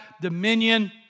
dominion